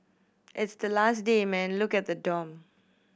it's the last day man look at the dorm